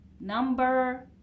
Number